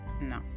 no